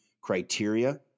criteria